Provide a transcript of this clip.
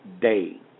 day